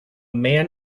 man